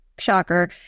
shocker